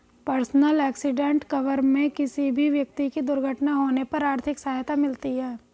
personal accident cover में किसी भी व्यक्ति की दुर्घटना होने पर आर्थिक सहायता मिलती है